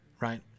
right